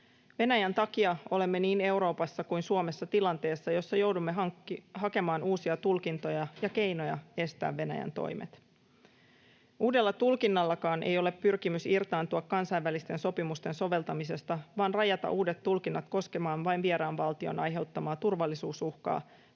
Venäjän takia olemme niin Euroopassa kuin Suomessa tilanteessa, jossa joudumme hakemaan uusia tulkintoja ja keinoja estää Venäjän toimet. Uudellakaan tulkinnalla ei ole pyrkimys irtaantua kansainvälisten sopimusten soveltamisesta, vaan uudet tulkinnat rajataan koskemaan vain vieraan valtion aiheuttamaa turvallisuusuhkaa